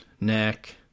neck